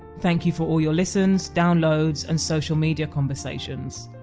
thank you for all your listens, downloads, and social media conversation.